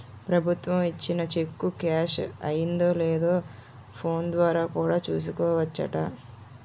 ప్రభుత్వం ఇచ్చిన cheque cash అయిందో లేదో ఫోన్ ద్వారా కూడా చూసుకోవచ్చట